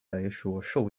来说